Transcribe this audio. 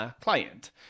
client